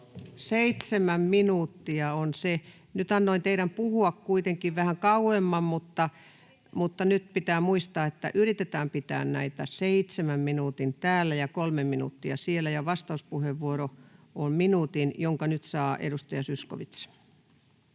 seitsemän minuuttia on se raja. Nyt annoin teidän puhua kuitenkin vähän kauemmin, mutta nyt pitää muistaa, että yritetään pitää näitä seitsemän minuutin puheenvuoroja täällä korokkeella ja kolmen minuutin siellä paikalla. — Vastauspuheenvuoro on minuutin, jonka nyt saa edustaja Zyskowicz.